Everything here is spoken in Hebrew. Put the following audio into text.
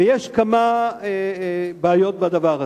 ויש כמה בעיות בדבר הזה.